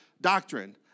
doctrine